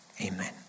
Amen